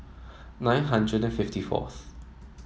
nine hundred fifty fourth